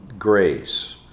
Grace